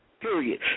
Period